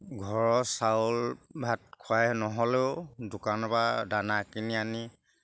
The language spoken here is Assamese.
ঘৰৰ চাউল ভাত খুৱাই নহ'লেও দোকানৰপৰা দানা কিনি আনি